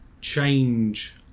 change